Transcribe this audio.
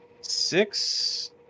Six